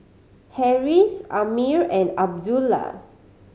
Harris Ammir and Abdullah